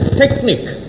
technique